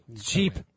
cheap